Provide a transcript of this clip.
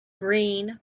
green